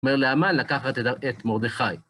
כלומר, לאמן לקחת את מרדכי.